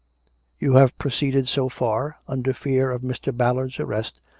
you have proceeded so far, under fear of mr. ballard's arrest,